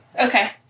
Okay